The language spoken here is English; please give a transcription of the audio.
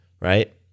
right